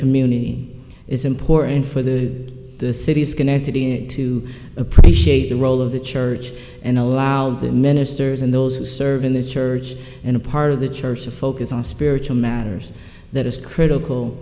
community is important for the city of schenectady to appreciate the role of the church and allow the ministers and those who serve in the church and a part of the church to focus on spiritual matters that is critical